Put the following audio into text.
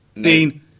Dean